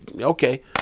Okay